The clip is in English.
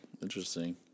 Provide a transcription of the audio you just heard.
Interesting